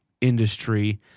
industry